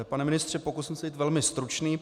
Pane ministře, pokusím se být velmi stručný.